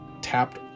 tapped